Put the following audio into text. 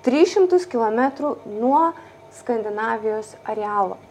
tris šimtus kilometrų nuo skandinavijos arealo